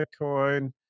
Bitcoin